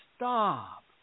Stop